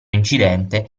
incidente